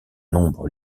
nombre